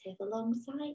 alongside